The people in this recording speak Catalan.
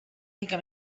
mica